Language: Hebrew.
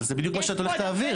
אבל זה בדיוק מה שאת הולכת להעביר.